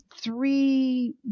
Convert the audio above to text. three